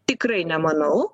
tikrai nemanau